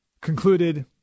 concluded